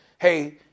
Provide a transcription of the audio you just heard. hey